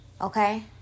Okay